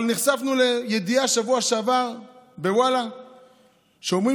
אבל נחשפנו לידיעה בשבוע שעבר בוואלה שאומרת